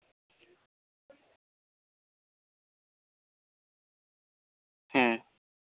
ᱦᱮᱸ